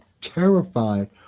terrified